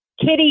Kitty